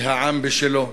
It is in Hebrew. והעם בשלו.